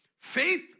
Faith